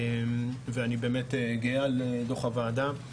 ואני באמת גאה על דוח הוועדה.